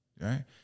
Right